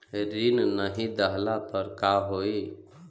ऋण नही दहला पर का होइ?